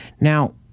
Now